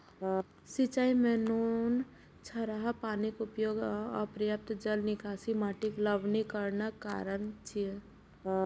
सिंचाइ मे नोनछराह पानिक उपयोग आ अपर्याप्त जल निकासी माटिक लवणीकरणक कारण छियै